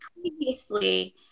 previously